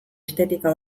estetika